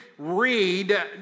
Read